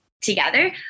together